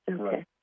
Okay